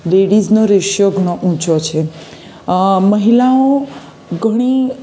લેડીઝનો ratio ઘણો ઊંચો છે મહિલાઓ ઘણી